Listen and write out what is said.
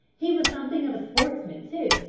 he was something of a sportsman, too,